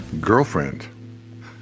Girlfriend